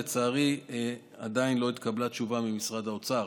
לצערי עדיין לא התקבלה תשובה ממשרד האוצר.